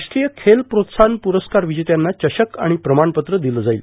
राष्ट्रीय खेल प्रोत्साहन प्रस्कार विजेत्यांना चषक आणि प्रमाणपत्र दिलं जाईल